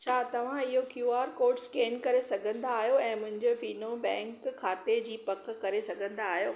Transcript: छा तव्हां इहो क्यू आर कोड स्केन करे सघंदा आहियो ऐं मुंहिंजो फिनो बैंक खाते जी पक करे सघंदा आहियो